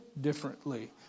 differently